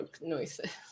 noises